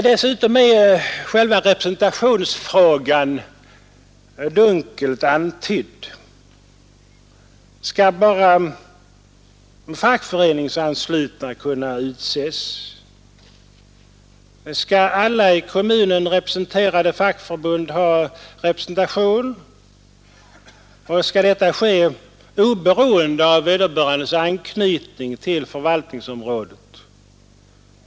Dessutom är själva representationsfrågan dunkelt antydd. Skall bara fackföreningsanslutna kunna utses? Skall alla i kommunen representerade fackförbund ha representation och skall detta ske oberoende av vederbörandes anknytning till förvaltningsområdet?